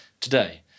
today